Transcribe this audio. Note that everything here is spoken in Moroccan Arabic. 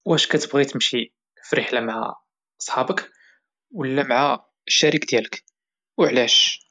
واش كتبغي تمشي فرحلة مع صحابك ولا مع الشريك ديالك؟